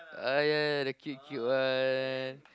ah ya ya the cute cute one